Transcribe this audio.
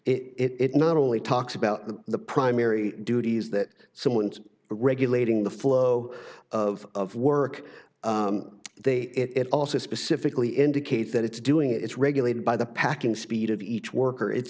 it not only talks about the primary duties that someone's regulating the flow of work they it also specifically indicate that it's doing it's regulated by the packing speed of each worker it